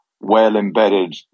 well-embedded